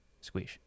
Squeeze